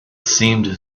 seemed